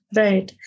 right